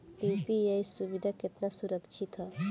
UPI सुविधा केतना सुरक्षित ह?